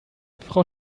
frau